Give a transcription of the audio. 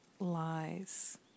lies